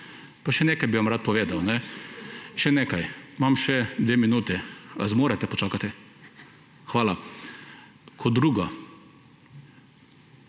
Pa še nekaj bi vam rad povedal, še nekaj, imam še dve minuti. Ali zmorete počakati? Hvala. Kot drugo,